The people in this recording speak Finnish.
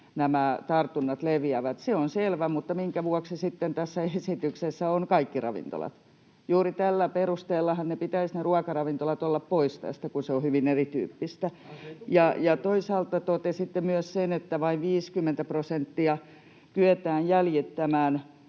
nämä tartunnat leviävät. Se on selvä, mutta minkä vuoksi sitten tässä esityksessä ovat kaikki ravintolat? Juuri tällä perusteellahan niiden ruokaravintoloiden pitäisi olla pois tästä, kun se on hyvin erityyppistä. Ja toisaalta totesitte myös sen, että vain 50 prosenttia kyetään jäljittämään,